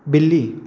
ਬਿੱਲੀ